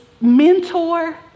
mentor